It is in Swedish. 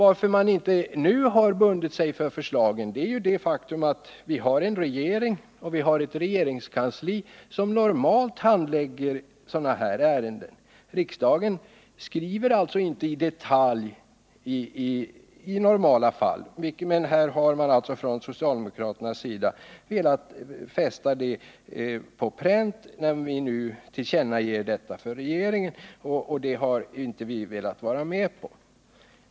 Att vi inte nu har velat binda oss för detta förslag beror på att vi har en regering och ett regeringskansli som normalt handlägger sådana ärenden. Riksdagens skrivning är inte detaljerad i normala fall. Här har man emellertid från socialdemokratisk sida velat fästa detta tillkännagivande för regeringen på pränt, men det har vi inte velat vara med om.